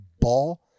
ball